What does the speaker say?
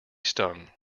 stung